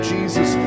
Jesus